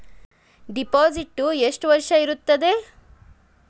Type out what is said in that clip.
Deposit ಎಷ್ಟು ವರ್ಷ ಇರುತ್ತದೆ?